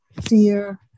fear